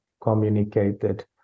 communicated